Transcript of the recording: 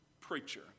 preacher